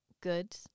good